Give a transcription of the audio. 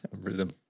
Rhythm